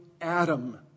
Adam